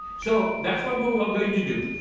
so that's what we are going to do.